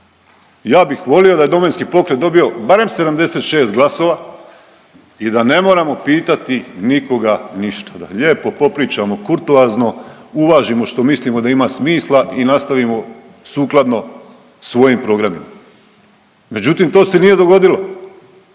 Ja bih volio da je Domovinski pokret dobio barem 76 glasova i da ne moramo pitati nikoga ništa, da lijepo popričamo kurtoazno, uvažimo što mislimo da ima smisla i nastavimo sukladno svojim programima. Međutim to se nije dogodilo.